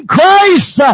Christ